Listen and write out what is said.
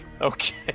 Okay